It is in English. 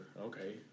okay